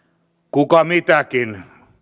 kuka mitäkin